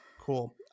Cool